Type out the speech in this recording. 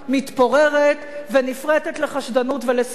מתפוררת ונפרטת לחשדנות ולשנאה.